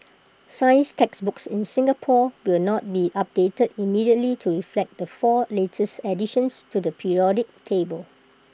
science textbooks in Singapore will not be updated immediately to reflect the four latest additions to the periodic table